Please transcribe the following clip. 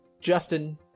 Justin